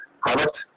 product